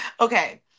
Okay